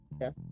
yes